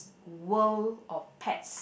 world of pets